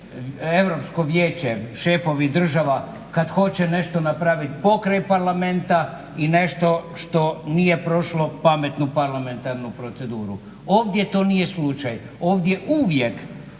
Europsko vijeće, šefovi država kad hoće nešto napraviti pokraj Parlamenta i nešto što nije prošlo pametnu parlamentarnu proceduru. Ovdje to nije slučaj. Ovdje uvijek